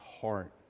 heart